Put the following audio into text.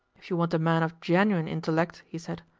if you want a man of genuine intellect, he said,